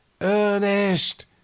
Ernest